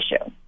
issue